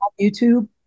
YouTube